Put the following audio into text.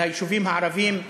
של היישובים הערביים,